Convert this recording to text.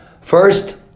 First